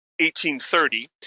1830